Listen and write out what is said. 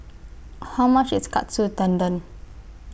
How much IS Katsu Tendon